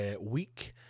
week